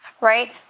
right